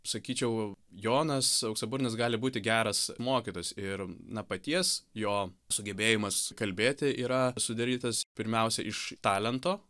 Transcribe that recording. sakyčiau jonas auksaburnis gali būti geras mokytojas ir na paties jo sugebėjimas kalbėti yra sudarytas pirmiausia iš talento